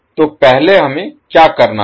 तो पहले हमें क्या करना है